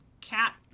cat